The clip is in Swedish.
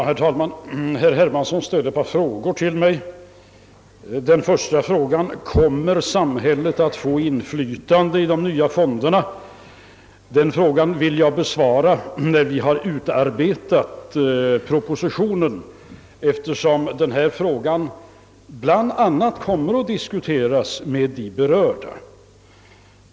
Herr talman! Herr Hermansson ställde ett par frågor till mig. Den första frågan, om samhället kommer att få inflytande i de nya fonderna, vill jag besvara när vi har utarbetat propositionen, eftersom den saken bl.a. kommer att diskuteras med de berörda.